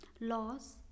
laws